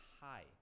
high